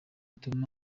cyiza